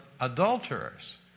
adulterers